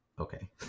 Okay